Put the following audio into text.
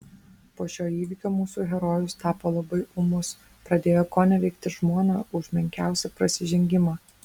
po šio įvykio mūsų herojus tapo labai ūmus pradėjo koneveikti žmoną už menkiausią prasižengimą